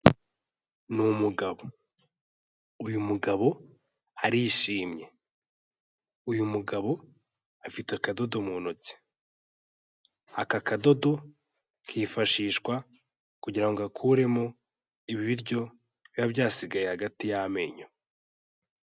Ni umugabo, uyu mugabo arishimye, uyu mugabo afite akadodo mu ntoki, aka kadodo kifashishwa kugira ngo akuremo ibiryo biba byasigaye hagati y'amenyo.